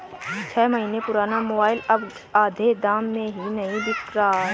छह महीने पुराना मोबाइल अब आधे दाम में भी नही बिक रहा है